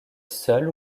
seul